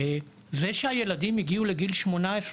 זה שהילדים הגיעו לגיל 18,